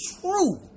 True